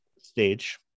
stage